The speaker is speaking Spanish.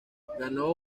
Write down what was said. ganó